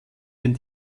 den